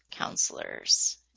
counselors